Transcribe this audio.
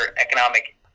economic